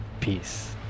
Peace